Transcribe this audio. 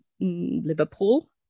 Liverpool